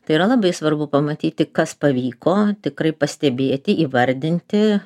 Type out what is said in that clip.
tai yra labai svarbu pamatyti kas pavyko tikrai pastebėti įvardinti